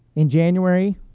in january,